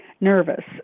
nervous